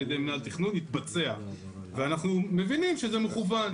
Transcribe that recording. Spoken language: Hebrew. ידי מינהל התכנון יתבצע ואנחנו מבינים שזה מכוון.